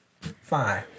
Fine